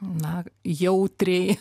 na jautriai